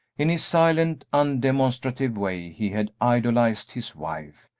in his silent, undemonstrative way he had idolized his wife,